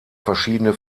verschiedene